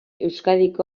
euskadiko